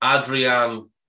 Adrian